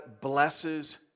blesses